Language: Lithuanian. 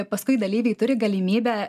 paskui dalyviai turi galimybę